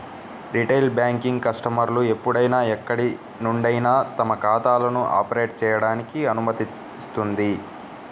retail banking కస్టమర్లు ఎప్పుడైనా ఎక్కడి నుండైనా తమ ఖాతాలను ఆపరేట్ చేయడానికి అనుమతిస్తుంది